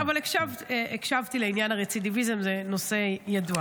כן, אבל הקשבתי לעניין הרצידיביזם, זה נושא ידוע.